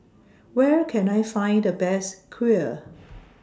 Where Can I Find The Best Kheer